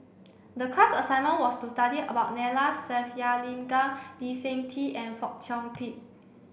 the class assignment was to study about Neila Sathyalingam Lee Seng Tee and Fong Chong Pik